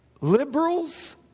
Liberals